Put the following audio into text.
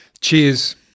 Cheers